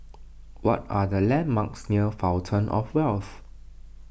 what are the landmarks near Fountain of Wealth